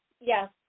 yes